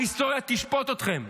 ההיסטוריה תשפוט אתכם,